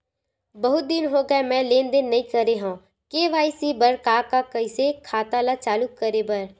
बहुत दिन हो गए मैं लेनदेन नई करे हाव के.वाई.सी बर का का कइसे खाता ला चालू करेबर?